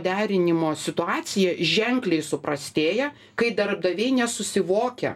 derinimo situacija ženkliai suprastėja kai darbdaviai nesusivokia